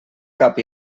cap